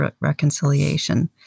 reconciliation